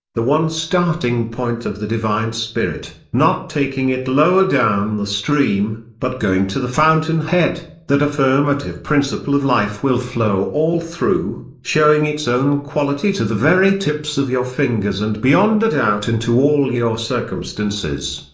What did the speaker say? the one starting point of the divine spirit, not taking it lower down the stream, but going to the fountain head, that affirmative principle of life will flow all through, showing its own quality to the very tips of your fingers and beyond that out into all your circumstances.